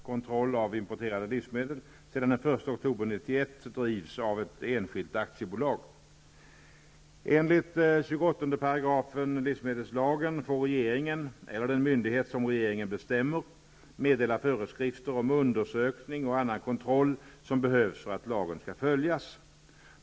Herr talman! Lennart Fridén har frågat mig vad jag avser vidta för åtgärder för att skapa en från partsintressen oberoende myndighetsutövning på livsmedelsområdet. Frågan är föranledd av att det tidigare kommunala laboratoriet i Göteborg som svarat för kontroll av importerade livsmedel sedan den 1 oktober 1991 drivs av ett enskilt aktiebolag. Enligt 28 § livsmedelslagen får regeringen eller den myndighet som regeringen bestämmer meddela föreskrifter om undersökning och annan kontroll som behövs för att lagen skall följas.